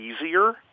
easier